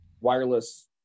wireless